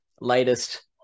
latest